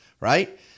right